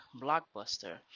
Blockbuster